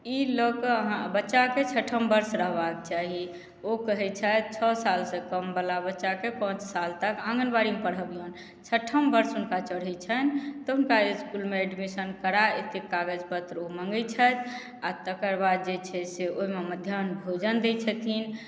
ई लऽ कऽ अहाँ बच्चा के छठम वर्ष रहबाक चाही ओ कहै छथि छओ साल सऽ कम बला बच्चा के पांच साल तक आंगनबाड़ी मे पढबियौन छठम वर्ष हुनका चढै छनि तऽ हुनका इसकुल मे एडमिशन करा एतेक कागज पत्र ओ मॅंगै छथि आ तकर बाद जे छै से ओहि मे मध्याह्न भोजन दै छथिन